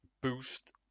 boost